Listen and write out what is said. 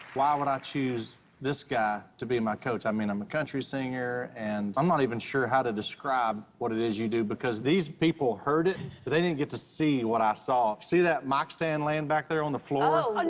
why would i choose this guy to be my coach? i mean, i'm a country singer, and i'm not even sure how to describe what it is you do, because these people heard it, but they didn't get to see what i saw. see that mic stand laying back there on the floor?